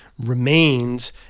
remains